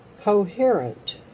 coherent